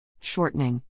shortening